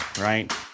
right